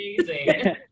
amazing